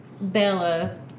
Bella